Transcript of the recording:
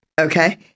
okay